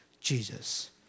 Jesus